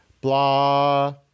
blah